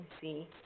see